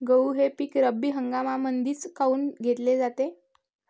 गहू हे पिक रब्बी हंगामामंदीच काऊन घेतले जाते?